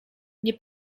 nie